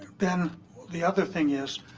then the other thing is